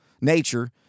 nature